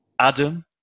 Adam